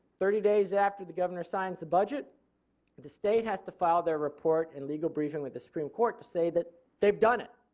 thirty days after the governor signs the budget the state has to file their reports and legal briefing with the supreme court to say that they have done it.